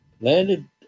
landed